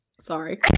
Sorry